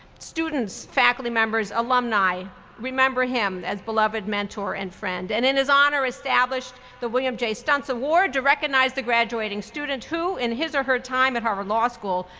students, faculty members, alumni remember him as beloved mentor and friend, and in his honor established the william j. stuntz award to recognize the graduating student who, in his or her time at harvard law school,